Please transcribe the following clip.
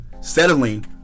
settling